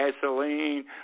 gasoline